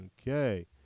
Okay